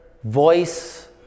Voice